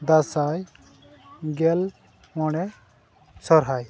ᱫᱟᱸᱥᱟᱭ ᱜᱮᱞ ᱢᱚᱬᱮ ᱥᱚᱦᱚᱨᱟᱭ